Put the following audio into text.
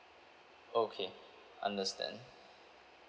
okay understand